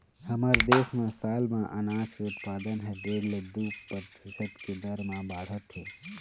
हमर देश म साल म अनाज के उत्पादन ह डेढ़ ले दू परतिसत के दर म बाढ़त हे